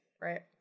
right